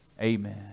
Amen